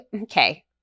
Okay